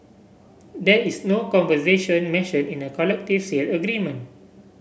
there is no conservation mentioned in the collective sale agreement